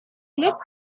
looked